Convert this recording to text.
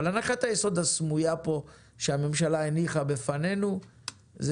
הנחת היסוד הסמויה כאן שהממשלה הניחה בפנינו היא